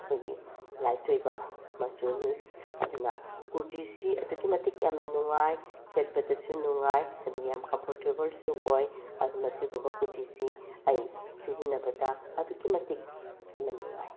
ꯑꯩꯈꯣꯏꯒꯤ ꯂꯥꯏꯠ ꯑꯣꯏꯕ ꯃꯆꯨꯅꯤ ꯀꯨꯔꯇꯤꯁꯤ ꯑꯗꯨꯛꯀꯤ ꯃꯇꯤꯛ ꯌꯥꯝꯅ ꯅꯨꯡꯉꯥꯏ ꯁꯦꯠꯄꯗꯁꯨ ꯅꯨꯡꯉꯥꯏ ꯑꯗꯨꯒ ꯌꯥꯝ ꯀꯝꯐꯣꯔꯇꯦꯕꯜꯁꯨ ꯑꯣꯏ ꯑꯗꯨꯅ ꯁꯤꯒꯨꯝꯕ ꯀꯨꯔꯇꯤꯁꯤ ꯑꯩ ꯁꯤꯖꯤꯟꯅꯕꯗ ꯑꯗꯨꯛꯀꯤ ꯃꯇꯤꯛ ꯌꯥꯝꯅ ꯅꯨꯡꯉꯥꯏ